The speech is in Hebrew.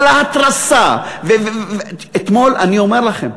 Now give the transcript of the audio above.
אבל ההתרסה, אתמול, אני אומר לכם.